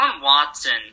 Watson